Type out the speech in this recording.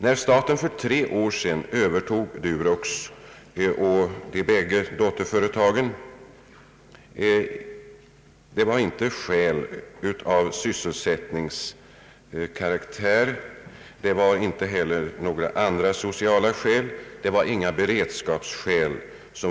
Då staten för tre år sedan övertog Durox och de bägge dotterföretagen var inte motivet till förvärven av sysselsättningskaraktär. Det förelåg inte heller några andra sociala skäl eller beredskapsskäl.